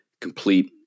complete